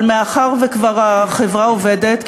אבל מאחר שהחברה כבר עובדת,